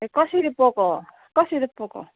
ए कसरी पोको हो कसरी पोको